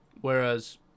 whereas